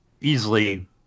easily